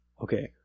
Okay